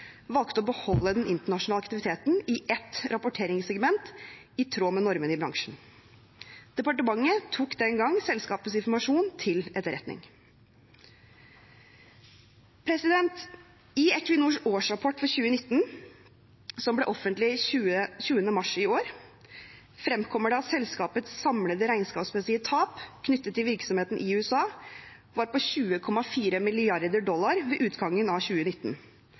valgte å beholde den internasjonale aktiviteten i ett rapporteringssegment, i tråd med normen i bransjen. Departementet tok den gang selskapets informasjon til etterretning. I Equinors årsrapport for 2019, som ble offentliggjort 20. mars i år, fremkommer det at selskapets samlede regnskapsmessige tap knyttet til virksomheten i USA var på 20,4 mrd. dollar ved utgangen av 2019,